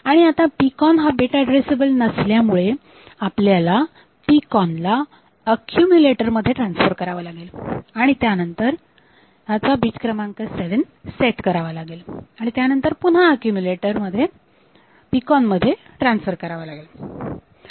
आणि आता PCON हा बीट एड्रेसेबल नसल्यामुळे आपल्याला PCON ला अक्यूम्यूलेटर मध्ये ट्रान्सफर करावा लागेल आणि त्यानंतर ह्या चा बीट क्रमांक 7 सेट करावा लागेल व त्यानंतर पुन्हा अक्यूम्यूलेटर PCON मध्ये ट्रान्सफर करावा लागेल